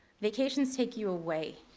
vacations take you away.